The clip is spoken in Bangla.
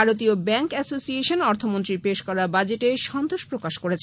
ভারতীয় ব্যাঙ্ক অ্যাসোসিয়েশন অর্থমন্ত্রীর পেশ করা বাজেটে সন্তোষ প্রকাশ করেছে